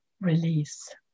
release